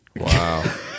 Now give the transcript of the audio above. Wow